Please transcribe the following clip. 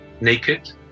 naked